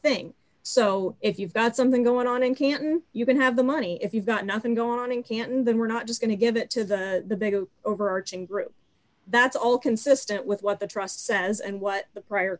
thing so if you've got something going on in canton you can have the money if you've got nothing going on in canton then we're not just going to give it to the big overarching group that's all consistent with what the trust says and what the prior